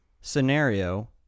scenario